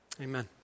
Amen